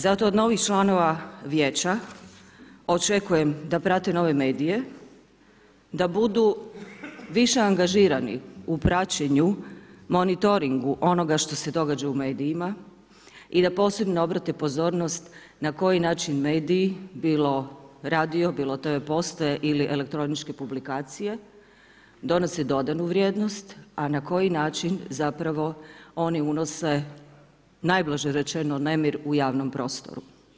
Zato od novih članova Vijeća očekujem da prate nove medije, da budu više angažirani u praćenju, monitoringu onoga što se događa u medijima i da posebno obrate pozornost na koji način mediji, bilo radio, bilo tv postaje ili elektroničke publikacije donose dodanu vrijednost a na koji način zapravo oni unose najblaže rečeno nemir u javnom prostoru.